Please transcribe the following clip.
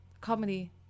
comedy